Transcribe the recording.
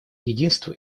единство